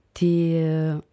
die